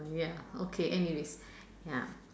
ya okay anyways ya